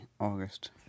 August